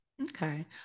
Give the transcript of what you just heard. Okay